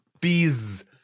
bees